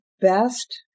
best